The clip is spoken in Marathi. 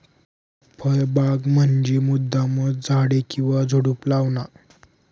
फळबाग म्हंजी मुद्दामचं झाडे किंवा झुडुप लावाना